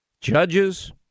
judges